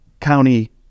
county